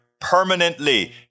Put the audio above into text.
permanently